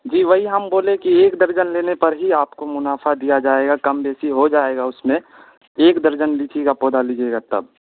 جی وہی ہم بولے کہ ایک درجن لینے پر ہی آپ کو منافع دیا جائے گا کم بیسی ہو جائے گا اس میں ایک درجن لیچی گا پودا لیجیے گا تب